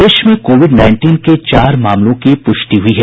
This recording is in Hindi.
प्रदेश में कोविड नाईनटीन के चार मामलों की पुष्टि हुई है